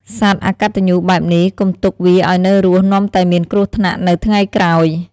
សត្វអកតញ្ញូបែបនេះ កុំទុកវាឲ្យនៅរស់នាំតែមានគ្រោះថ្នាក់នៅថ្ងៃក្រោយ!"